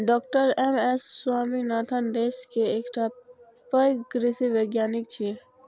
डॉ M S Swaminathan देश के एकटा पैघ कृषि वैज्ञानिक छियै